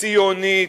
ציונית,